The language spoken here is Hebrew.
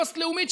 פוסט-לאומית,